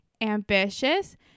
ambitious